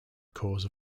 cause